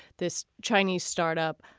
this chinese startup.